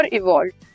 evolved